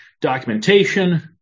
documentation